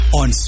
on